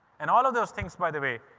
and all of those things, by the way,